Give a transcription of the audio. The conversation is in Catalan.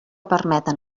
permeten